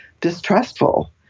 distrustful